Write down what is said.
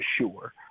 sure